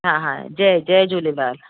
हा हा जय जय झूलेलाल